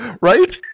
Right